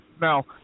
Now